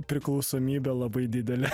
priklausomybę labai didelė